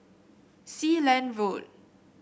Sealand Road